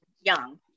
young